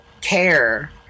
care